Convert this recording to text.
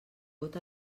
vot